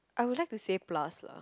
I would like to say plus lah